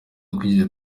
twigeze